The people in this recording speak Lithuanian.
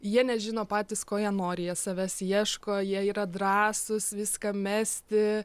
jie nežino patys ko jie nori jie savęs ieško jie yra drąsūs viską mesti